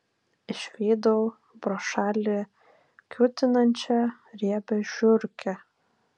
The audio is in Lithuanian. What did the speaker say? išvydau pro šalį kiūtinančią riebią žiurkę